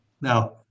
Now